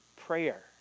prayer